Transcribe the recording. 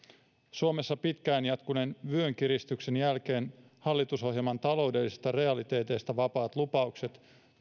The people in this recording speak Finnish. suomessa pitkään jatkuneen vyönkiristyksen jälkeen hallitusohjelman taloudellisista realiteeteista vapaat lupaukset